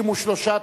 63)